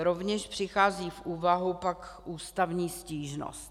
Rovněž přichází v úvahu pak ústavní stížnost.